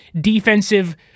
defensive